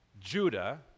Judah